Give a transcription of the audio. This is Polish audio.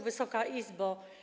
Wysoka Izbo!